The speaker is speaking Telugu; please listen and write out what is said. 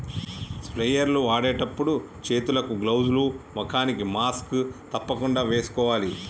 స్ప్రేయర్ లు వాడేటప్పుడు చేతులకు గ్లౌజ్ లు, ముఖానికి మాస్క్ తప్పకుండా వేసుకోవాలి